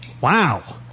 Wow